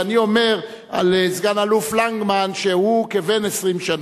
ואני אומר על סגן-אלוף לנגמן שהוא כבן 20 שנה.